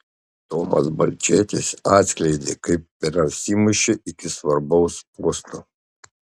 tomas balčėtis atskleidė kaip prasimušė iki svarbaus posto